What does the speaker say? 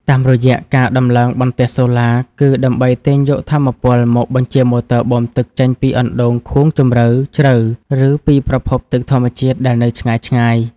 តាមរយៈការដំឡើងបន្ទះសូឡា គឺដើម្បីទាញយកថាមពលមកបញ្ជាម៉ូទ័របូមទឹកចេញពីអណ្តូងខួងជម្រៅជ្រៅ ឬពីប្រភពទឹកធម្មជាតិដែលនៅឆ្ងាយៗ។